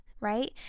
right